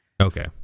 Okay